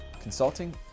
consulting